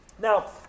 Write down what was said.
Now